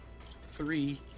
three